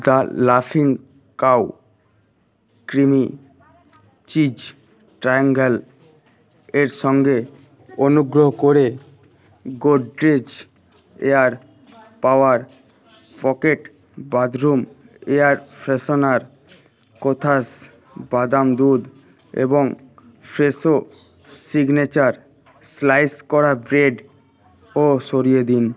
the লাফিং cow creamy cheese triangle এর সঙ্গে অনুগ্রহ করে Godrej air power pocket bathroom air freshener কোথাস বাদাম দুধ এবং ফ্রেশো সিগনেচার স্লাইস করা ব্রেডও সরিয়ে দিন